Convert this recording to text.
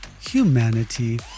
humanity